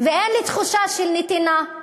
ואין לי תחושה של נתינה,